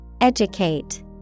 Educate